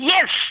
Yes